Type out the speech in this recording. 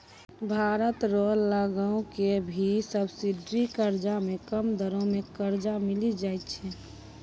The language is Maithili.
भारत रो लगो के भी सब्सिडी कर्जा मे कम दरो मे कर्जा मिली जाय छै